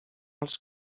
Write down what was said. els